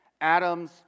Adam's